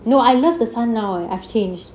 no I love the sun now eh I I've changed